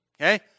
okay